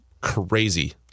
crazy